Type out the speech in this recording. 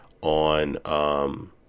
on